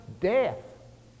death